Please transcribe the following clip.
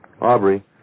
Aubrey